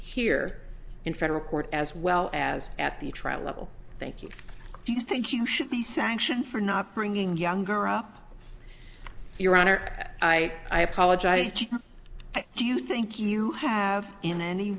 here in federal court as well as at the trial level thank you do you think you should be sanctioned for not bringing younger up your honor i apologize do you think you have in any